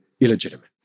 illegitimate